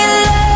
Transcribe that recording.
love